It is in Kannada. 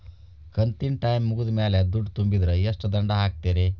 ಕಂತಿನ ಟೈಮ್ ಮುಗಿದ ಮ್ಯಾಲ್ ದುಡ್ಡು ತುಂಬಿದ್ರ, ಎಷ್ಟ ದಂಡ ಹಾಕ್ತೇರಿ?